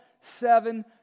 seven